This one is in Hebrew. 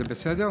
זה בסדר?